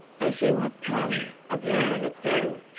as you have come of your own accord,